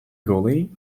golly